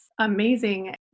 amazing